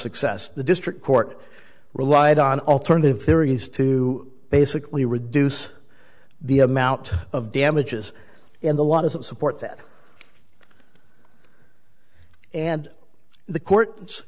success the district court relied on alternative theories to basically reduce the amount of damages in the law doesn't support that and the court